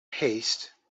haste